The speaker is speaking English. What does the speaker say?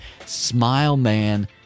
smileman